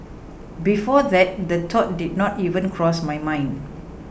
before that the thought did not even cross my mind